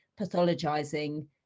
pathologizing